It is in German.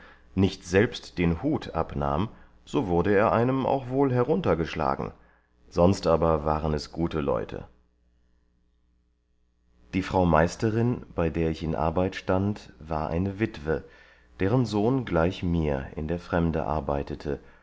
nicht selbst den hut abnahm so wurde er einem auch wohl heruntergeschlagen sonst aber waren es gute leute die frau meisterin bei der ich in arbeit stand war eine witwe deren sohn gleich mir in der fremde arbeitete